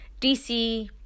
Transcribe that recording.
DC